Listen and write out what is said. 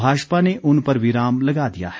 भाजपा ने उन पर विराम लगा दिया है